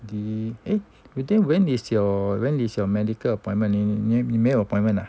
the eh but then when is your when is your medical appointment 你没有 appointment ah